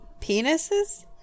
Penises